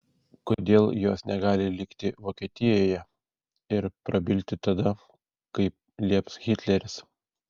kodėl jos negali likti vokietijoje ir prabilti tada kai lieps hitleris